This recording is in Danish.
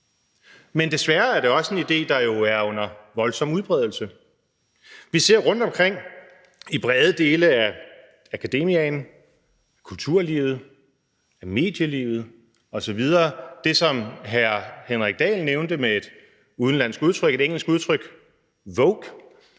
men desværre er det også en idé, der jo er under voldsom udbredelse. Vi ser rundtomkring i brede dele af akademia, af kulturlivet, af medielivet osv. det, som hr. Henrik Dahl nævnte med et udenlandsk udtryk, et